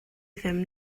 ddim